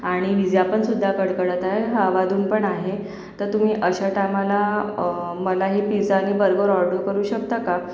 आणि विजा पण सुद्धा कडकडत आहे हवा धुंद पण आहे तर तुम्ही अश्या टायमाला मला हे पिझ्झा आणि बर्गर ऑर्डर करू शकता का